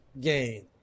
gain